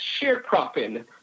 sharecropping